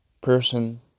person